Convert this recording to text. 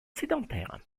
sédentaire